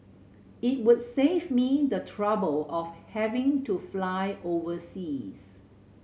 it would save me the trouble of having to fly overseas